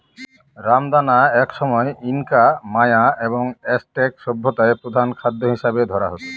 রামদানা একসময় Inca, Maya এবং অ্যাজটেক সভ্যতায় প্রধান খাদ্য হিসাবে ধরা হত